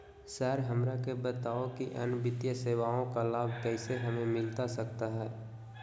Sir हमरा के बताओ कि अन्य वित्तीय सेवाओं का लाभ कैसे हमें मिलता सकता है?